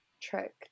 trick